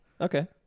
Okay